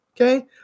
Okay